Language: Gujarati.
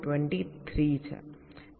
23 છે